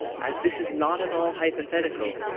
as this is not at all hypothetical,